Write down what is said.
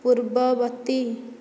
ପୂର୍ବବର୍ତ୍ତୀ